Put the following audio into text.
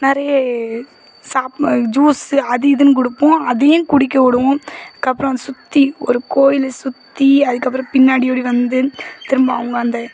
நிறைய ஸாப் ஜூஸ் அது இதுனு கொடுப்போம் அதையும் குடிக்க விடுவோம் அதுக்கப்புறம் சுற்றி ஒரு கோயிலை சுற்றி அதுக்கப்புறம் பின்னாடியோட வந்து திரும்ப அவங்க அந்த